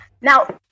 now